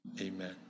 amen